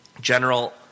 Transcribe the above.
general